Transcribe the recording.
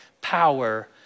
power